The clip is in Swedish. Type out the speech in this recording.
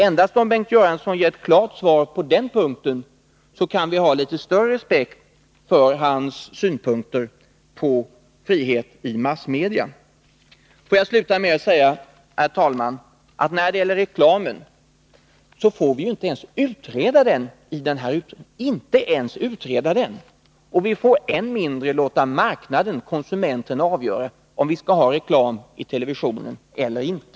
Endast om Bengt Göransson ger ett klart svar på den punkten kan vi ha litet större respekt för hans synpunkter på frihet i massmedia. Herr talman! Får jag slutligen säga att när det gäller reklamen så får massmediekommittén inte ens utreda denna. Vi får än mindre låta marknaden, konsumenterna, avgöra om vi skall ha reklam i televisionen eller inte.